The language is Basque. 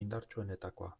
indartsuenetakoa